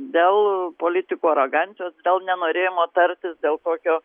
dėl politikų arogancijos dėl nenorėjimo tartis dėl tokio